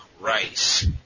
rice